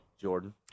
Jordan